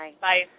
Bye